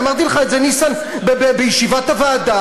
אמרתי לך את זה, ניסן, בישיבת הוועדה.